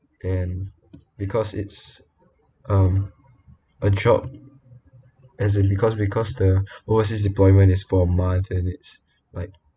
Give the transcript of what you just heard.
and because it's um a job as uh because because the overseas deployment is for months and it's like